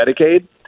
Medicaid